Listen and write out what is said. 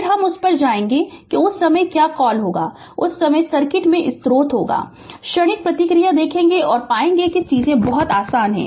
फिर हम उस पर जाएंगे कि उस समय क्या कॉल होगा कि उस समय सर्किट में स्रोत होगा क्षणिक प्रतिक्रिया देखेंगे और पाएंगे कि चीजें बहुत आसान हैं